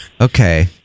Okay